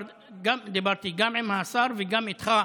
כבר דיברתי גם עם השר וגם איתך,